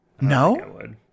No